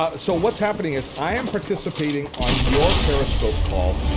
ah so what's happening is i am participating on your periscope call.